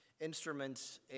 instruments